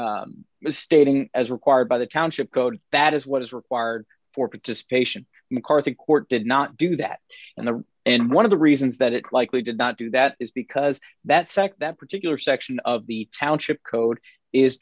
was stating as required by the township code that is what is required for participation mccarthy court did not do that and the and one of the reasons that it likely did not do that is because that sect that particular section of the township code is